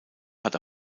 hat